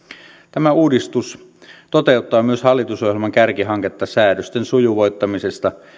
tämä uudistus toteuttaa myös hallitusohjelman kärkihanketta säädösten sujuvoittamisesta